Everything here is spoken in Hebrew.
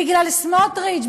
בגלל סמוטריץ,